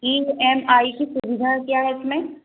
इ M I कि सुविधा क्या है इसमें